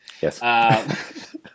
Yes